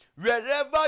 Wherever